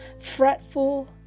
Fretful